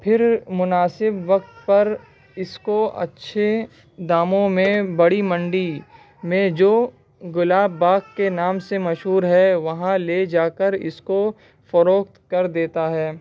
پھر مناسب وقت پر اس کو اچھے داموں میں بڑی منڈی میں جو گلاب باغ کے نام سے مشہور ہے وہاں لے جا کر اس کو فروخت کر دیتا ہے